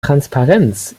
transparenz